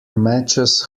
matches